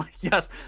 Yes